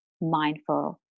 mindful